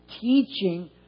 teaching